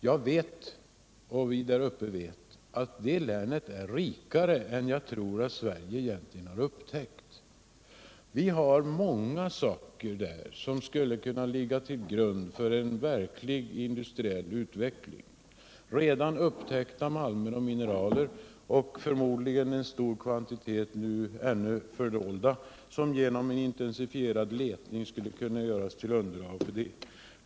Vi som bor där uppe vet att vårt län är rikare än jag tror att Sverige egentligen har upptäckt ännu. Vi har många saker som skulle kunna ligga till grund för en verkligt rik industriell utveckling, såsom redan upptäckta malmer och mineraler och förmodligen även en stor kvantitet ännu fördolda, som genom intensifierad letning skulle kunna bilda underlag för en sådan utveckling.